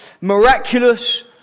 miraculous